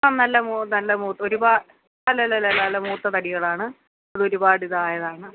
നല്ല നല്ല ഒരു അല്ലല്ല അല്ല നല്ല മൂത്ത തടികളാണ് അതൊരുപാട് ഇതായതാണ്